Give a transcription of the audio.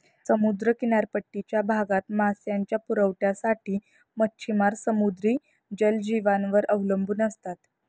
समुद्र किनारपट्टीच्या भागात मांसाच्या पुरवठ्यासाठी मच्छिमार समुद्री जलजीवांवर अवलंबून असतात